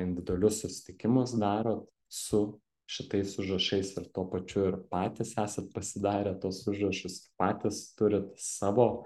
individualius susitikimus darot su šitais užrašais ir tuo pačiu ir patys esat pasidarę tuos užrašus patys turit savo